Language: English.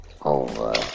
over